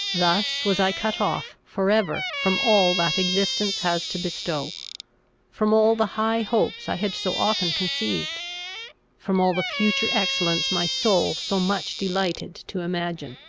thus was i cut off, for ever, from all that existence has to bestow from all the high hopes i had so often conceived from all the future excellence my soul so much delighted to imagine